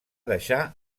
deixar